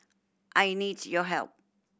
I need your help